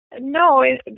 No